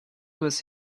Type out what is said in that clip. was